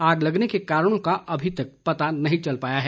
आग लगने के कारणों का अभी तक पता नहीं चल पाया है